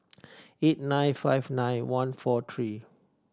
eight nine five nine one four three two